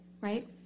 right